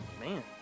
man